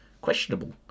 questionable